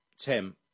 Tim